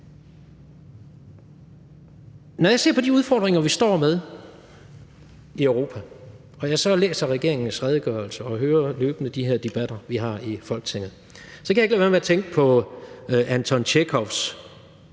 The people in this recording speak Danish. Når jeg ser på de udfordringer, vi står med i Europa, og jeg så læser regeringens redegørelse og løbende hører de her debatter, vi har i Folketinget, kan jeg ikke lade være med at tænke på Anton Chekhovs